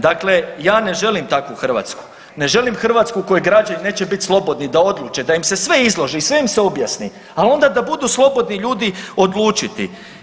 Dakle, ja ne želim takvu Hrvatsku, ne želim Hrvatsku u kojoj građani neće bit slobodni da odluče, da im se sve izloži i sve im se objasni, al onda da budu slobodni ljudi odlučiti.